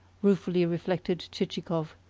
ruefully reflected chichikov.